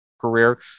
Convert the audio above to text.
career